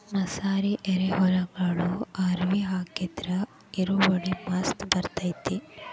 ಮಸಾರಿ ಎರಿಹೊಲಗೊಳಿಗೆ ಅವ್ರಿ ಹಾಕಿದ್ರ ಇಳುವರಿ ಮಸ್ತ್ ಬರ್ತೈತಿ